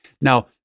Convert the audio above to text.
Now